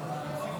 נתקבלה.